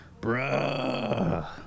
Bruh